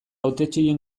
hautetsien